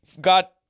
got